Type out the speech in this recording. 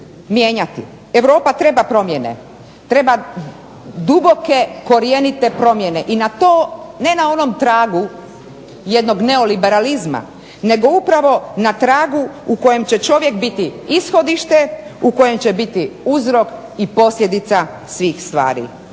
mijenjati. Europa treba promjene, treba duboke korjenite promjene i na to ne na onog tragu jednog neoliberalizma nego upravo na tragu u kojem će čovjek biti ishodište, u kojem će biti uzrok i posljedica svih stvari.